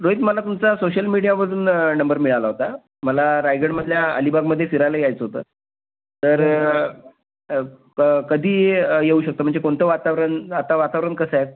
रोहित मला तुमचा सोशल मिडियामधून नंबर मिळाला होता मला रायगडमधल्या अलिबागमध्ये फिरायला यायचं होतं तर क कधी येऊ शकतो म्हणजे कोणतं वातावरण आता वातावरण कसं आहे